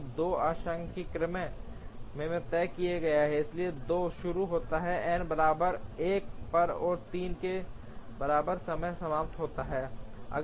तो 2 आंशिक क्रम में तय किया गया है इसलिए 2 शुरु होता है n बराबर 1 पर और 3 के बराबर समय समाप्त होता है